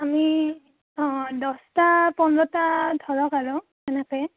আমি অঁ দছটা পোন্ধৰটা ধৰক আৰু এনেকৈ